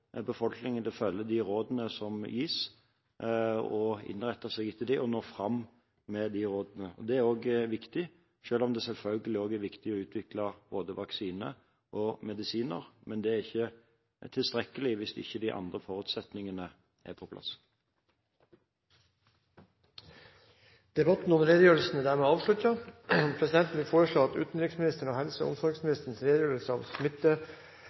befolkningen til å følge de rådene som gis, og innrette seg etter dem, og å nå fram med de rådene. Dette er også viktig, selv om det selvfølgelig også er viktig å utvikle både vaksine og medisiner, men det er ikke tilstrekkelig hvis ikke de andre forutsetningene er på plass. Debatten om redegjørelsen er dermed avsluttet. Presidenten vil foreslå at utenriksministerens og helse- og omsorgsministerens redegjørelse om smitteutbruddet av